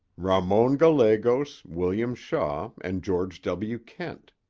ramon gallegos, william shaw and george w. kent.